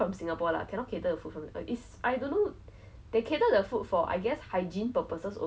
we went for kayaking so like 通常我累的时候我是不不想要吃东西的